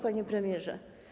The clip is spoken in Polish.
Panie Premierze!